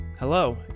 Hello